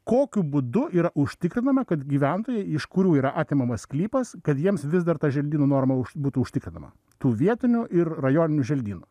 kokiu būdu yra užtikrinama kad gyventojai iš kurių yra atimamas sklypas kad jiems vis dar ta želdynų normą už būtų užtikrinama tų vietinių ir rajoninių želdynų